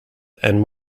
and